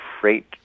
freight